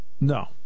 No